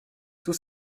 tout